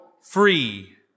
free